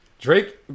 Drake